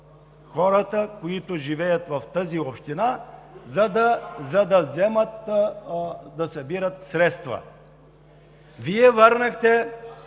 хората, които живеят в тази община, за да вземат да събират средства. Вие върнахте